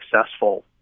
successful